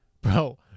Bro